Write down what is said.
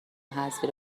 حذفی